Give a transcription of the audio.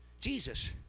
Jesus